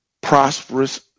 prosperous